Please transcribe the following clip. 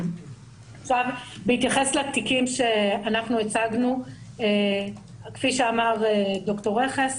בהתייחס לתיקים שאנחנו הצגנו, כפי שאמר ד"ר רכס,